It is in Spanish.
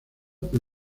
por